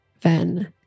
Ven